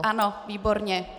Ano, výborně.